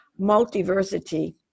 Multiversity